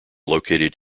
located